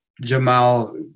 Jamal